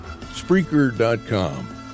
Spreaker.com